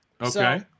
Okay